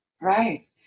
Right